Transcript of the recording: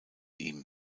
ihm